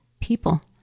people